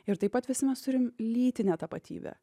ir taip pat visi mes turim lytinę tapatybę